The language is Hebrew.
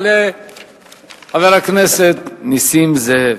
יעלה חבר הכנסת נסים זאב,